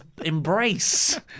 embrace